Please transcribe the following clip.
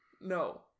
No